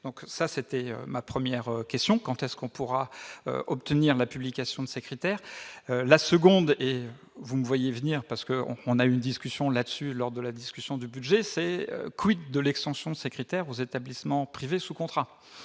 donc ça c'était ma première question, quand est-ce qu'on pourra obtenir la publication de ces critères, la seconde, et vous me voyez venir parce que on a eu une discussion là-dessus lors de la discussion du budget, c'est : quid de l'extension de ces critères aux établissements privés sous contrat,